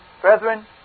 Brethren